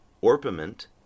Orpiment